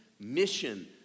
mission